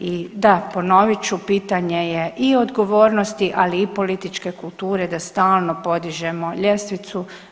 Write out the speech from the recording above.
i da ponovit ću pitanje je i odgovornosti ali i političke kulture da stalno podižemo ljestvicu.